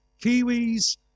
Kiwis